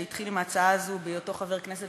שהתחיל עם ההצעה הזאת בהיותו חבר כנסת